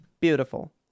Beautiful